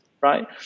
right